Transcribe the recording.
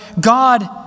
God